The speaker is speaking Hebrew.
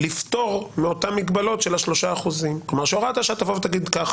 לפטור מאותן מגבלות של 3%. כלומר שהוראת השעה תגיד כך,